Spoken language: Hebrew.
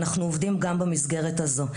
אנחנו עובדים גם במסגרת הזו.